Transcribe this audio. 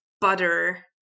butter